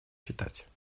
читать